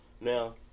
Now